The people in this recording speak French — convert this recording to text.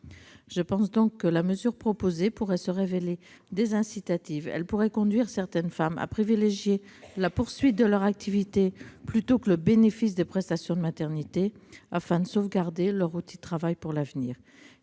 Je pense donc que la mesure proposée pourrait se révéler désincitative. Elle pourrait conduire certaines femmes à privilégier la poursuite de leur activité plutôt que le bénéfice des prestations de maternité afin de sauvegarder leur outil de travail pour l'avenir.